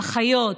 האחיות,